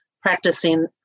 practicing